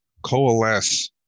coalesce